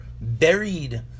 buried